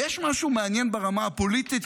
ויש משהו מעניין ברמה הפוליטית,